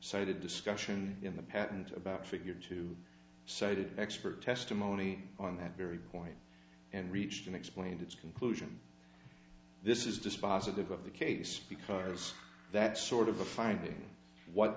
sided discussion in the patent about figure two sided expert testimony on that very point and reached and explained its conclusion this is dispositive of the case because that sort of a finding what